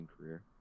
career